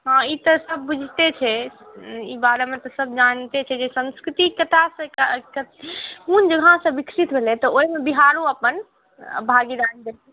हँ ई तऽ सभ बूझिते छै ई बारेमे तऽ सभ जानिते छै जे संस्कृति कतयसँ को कोन जगहसँ विकसित भेलै तऽ ओहिमे बिहारो अपन भागीदारी देलकै